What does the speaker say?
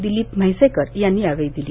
दिलीप म्हैसेकर यांनी या वेळी दिली